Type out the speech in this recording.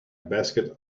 basket